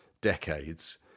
decades